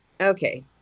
okay